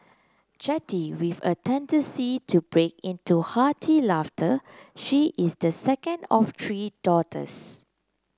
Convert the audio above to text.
chatty with a tendency to break into hearty laughter she is the second of three daughters